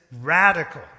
radical